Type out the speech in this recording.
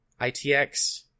ITX